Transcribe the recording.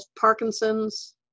Parkinson's